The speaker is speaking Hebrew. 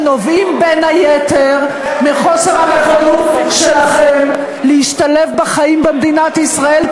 שנובעים בין היתר מחוסר הנכונות שלכם להשתלב בחיים במדינת ישראל,